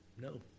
No